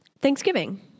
Thanksgiving